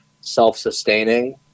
self-sustaining